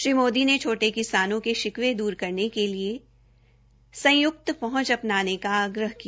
श्री मोदी ने छोटे किसान के शिकवे दूर करने के लिए सांझी हूंच अ नाने का आग्रह किया